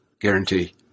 guarantee